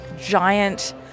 giant